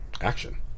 Action